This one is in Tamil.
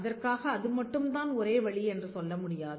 அதற்காக அது மட்டும் தான் ஒரே வழி என்று சொல்ல முடியாது